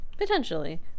Potentially